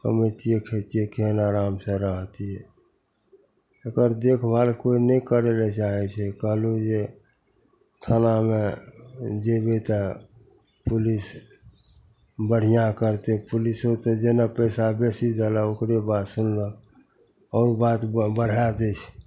कमेतिए खएतिए केहन आरामसे रहतिए एकर देखभाल कोइ नहि करै ले चाहै छै कहलहुँ जे थानामे जेबै तऽ पुलिस बढ़िआँ करतै पुलिसोके जेना पइसा बेसी देलक ओकरे बात सुनलक आओर बात बढ़ा दै छै